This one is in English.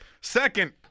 Second